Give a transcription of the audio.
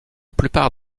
plupart